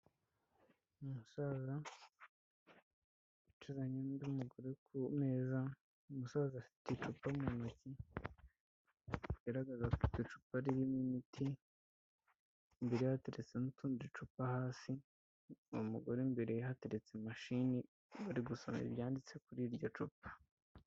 Umusaza wicaranye n' undi mugore ku meza, umusaza afite icupa mu ntoki bigaragazaga kuko iryo cupa ririmo imiti imbereye hateretse nutundi ducupa hasi uwo mugore imbere ye hateretse mashini uri gusoma ibyanditse kuri iryo cupa.